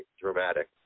dramatic